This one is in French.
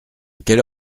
quelle